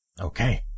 Okay